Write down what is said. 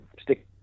stick